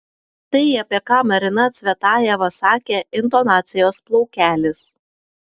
tai apie ką marina cvetajeva sakė intonacijos plaukelis